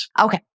Okay